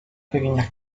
pequeñas